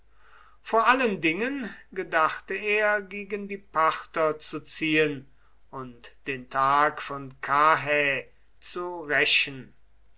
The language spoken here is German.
vor allen dingen gedachte er gegen die parther zu ziehen und den tag von karrhä zu rächen